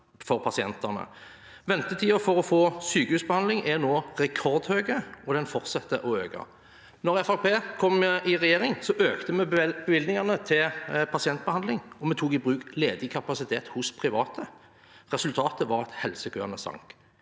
Ventetiden for å få sykehusbehandling er nå rekordhøy, og den fortsetter å øke. Da Fremskrittspartiet kom i regjering, økte vi bevilgningene til pasientbehandling, og vi tok i bruk ledig kapasitet hos private. Resultatet var at helsekøene sank.